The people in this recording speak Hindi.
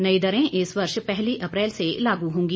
नई दरें इस वर्ष पहली अप्रैल से लागू होंगी